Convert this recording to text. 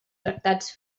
tractats